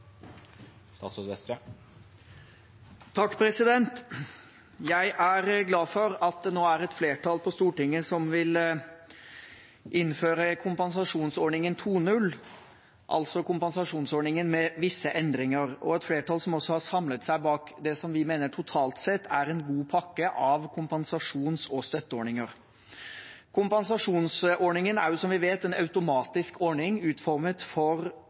et flertall på Stortinget som vil innføre kompensasjonsordningen 2.0, altså kompensasjonsordningen med visse endringer. Et flertall har også samlet seg bak det vi mener totalt sett er en god pakke av kompensasjons- og støtteordninger. Kompensasjonsordningen er, som vi vet, en automatisk ordning utformet for